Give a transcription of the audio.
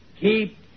Keep